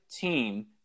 team